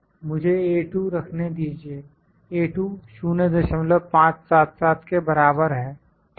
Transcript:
मुझे रखने दीजिए 0577 के बराबर है ठीक है